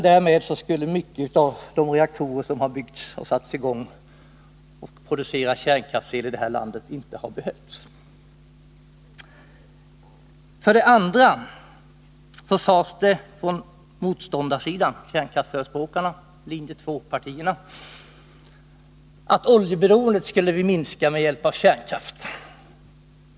Därmed skulle flera av de reaktorer som här i landet har byggts och satts i gång för att producera kärnkraftsel inte ha behövts. Kärnkraftsförespråkarna, linje 2-partierna, sade under folkomröstningskampanjen att vi skulle minska vårt oljeberoende med hjälp av kärnkraft.